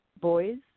boys